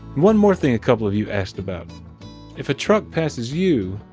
one more thing a couple of you asked about if a truck passes you,